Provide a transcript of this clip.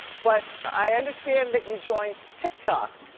but, i understand that you joined tiktok.